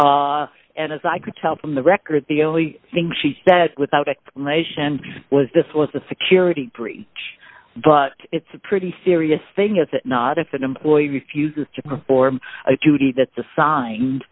period and as i could tell from the record the only thing she said without a relation was this was a security breach but it's a pretty serious thing is it not if an employee refuses to perform a duty that's a sign